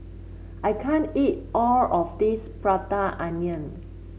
I can't eat all of this Prata Onion